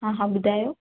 हा हा ॿुधायो